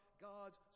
God's